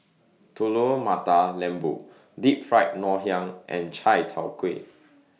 Telur Mata Lembu Deep Fried Ngoh Hiang and Chai Tow Kway